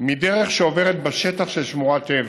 בדרך שעוברת בשטח של שמורת טבע.